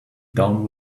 down